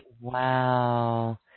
Wow